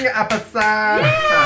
episode